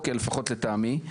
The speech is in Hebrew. לפחות לטעמי,